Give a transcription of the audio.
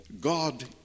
God